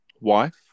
wife